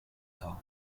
dar